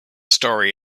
story